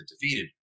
defeated